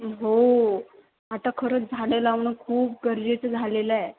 हो आता खरंच झाडं लावणं खूप गरजेचं झालेलं आहे